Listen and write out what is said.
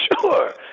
Sure